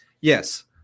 Yes